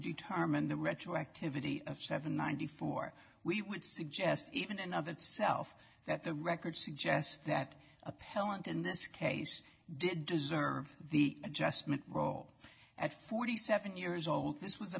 determine the retroactivity of seven ninety four we would suggest even and of itself that the record suggests that appellant in this case did deserve the adjustment role at forty seven years old this was a